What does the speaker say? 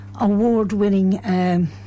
award-winning